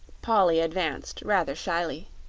polly advanced rather shyly.